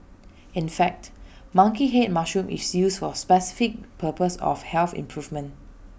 in fact monkey Head mushroom is used for specific purpose of health improvement